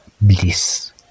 bliss